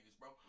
bro